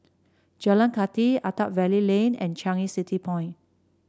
Jalan Kathi Attap Valley Lane and Changi City Point